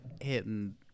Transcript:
hitting